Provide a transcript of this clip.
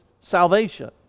salvation